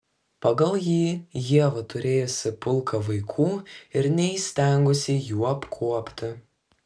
pagal jį ieva turėjusi pulką vaikų ir neįstengusi jų apkuopti